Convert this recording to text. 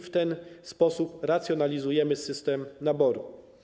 W ten sposób racjonalizujemy system naboru.